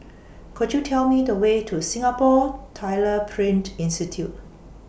Could YOU Tell Me The Way to Singapore Tyler Print Institute